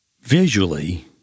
Visually